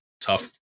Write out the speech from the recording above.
tough